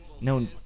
No